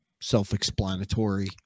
self-explanatory